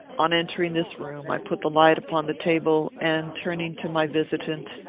on entering this room, i put the light upon the table, and, turning to my visitant,